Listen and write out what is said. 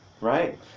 right